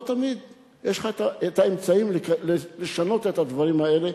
לא תמיד יש לך את האמצעים, לשנות את הדברים האלה,